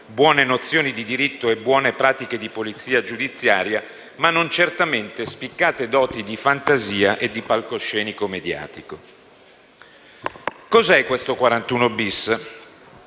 buone nozioni di diritto e buone pratiche di polizia giudiziaria, ma non certamente di spiccate doti di fantasia e di palcoscenico mediatico. Cos'è questo